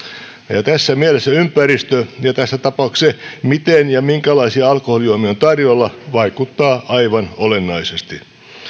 tässä mielessä ympäristö ja tässä tapauksessa se miten ja minkälaisia alkoholijuomia on tarjolla vaikuttaa aivan olennaisesti